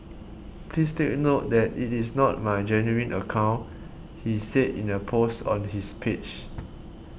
please take note that it is not my genuine account he said in a post on his page